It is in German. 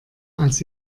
als